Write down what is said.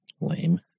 Lame